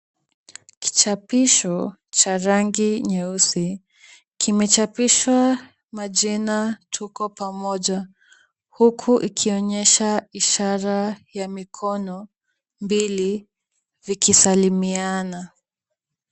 Kichapisho cha rangi nyeusi, kimechapishwa majina tuko pamoja. Huku ikionyesha ishara ya mikono mbili ikisalimiana.